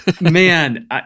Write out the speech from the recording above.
Man